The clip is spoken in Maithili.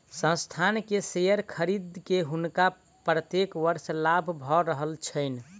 संस्थान के शेयर खरीद के हुनका प्रत्येक वर्ष लाभ भ रहल छैन